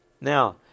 Now